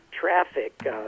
traffic